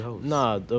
Nah